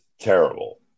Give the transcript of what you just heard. terrible